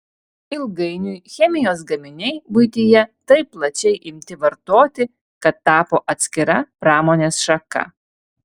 ilgainiui chemijos gaminiai buityje taip plačiai imti vartoti kad tapo atskira pramonės šaka